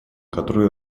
которые